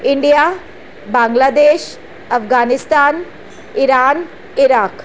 India Bangladesh Afghanistan Iran Iraq